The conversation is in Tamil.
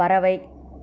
பறவை